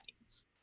audience